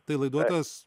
tai laiduotojas